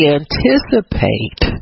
anticipate